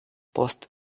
post